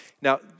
Now